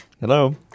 Hello